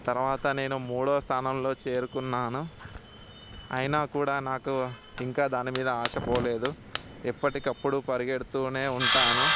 తరువాత నేను మూడో స్థానంలో చేరుకున్నాను అయినా కూడా నాకు ఇంకా దాని మీద ఆశపోలేదు ఎప్పటికప్పుడు పరిగెడుతూనే ఉంటాను